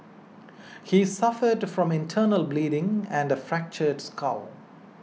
he suffered from internal bleeding and a fractured skull